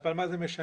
אבל מה זה משנה,